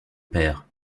père